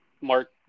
Mark